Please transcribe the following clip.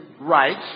right